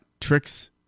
Tricks